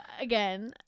again